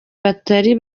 batari